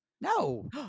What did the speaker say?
No